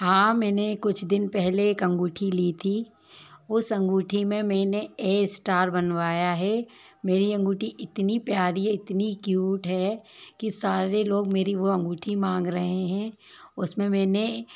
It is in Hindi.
हाँ मैंने कुछ दिन पहले एक अंगूठी ली थी उस अंगूठी में मैंने ए स्टार बनवाया है मेरी अंगूठी इतनी प्यारी है इतनी क्यूट है कि सारे लोग मेरी वो अंगूठी मांग रहे हैं उस में मैंने